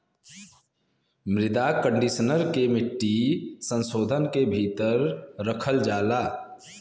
मृदा कंडीशनर के मिट्टी संशोधन के भीतर रखल जाला